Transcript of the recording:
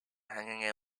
hanging